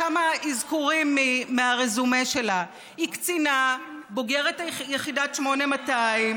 כמה אזכורים מהרזומה שלה: היא קצינה בוגרת יחידת 8200,